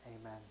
Amen